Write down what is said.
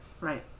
Right